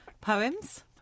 poems